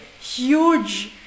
huge